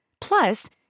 Plus